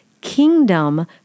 kingdom